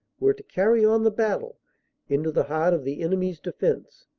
were to carryon the battle into the heart of the enemy's defense,